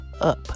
up